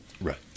Right